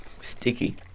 Sticky